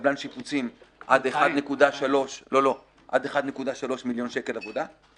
לקבלן שיפוצים עד 1.3 מיליון שקל עבודה.